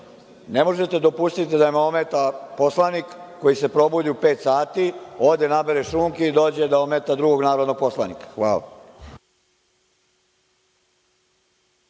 ne možete dopustiti da me ometa poslanik koji se probudi u pet sati, ovde nabere šunke i dođe da ometa drugog narodnog poslanika. Hvala.